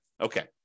Okay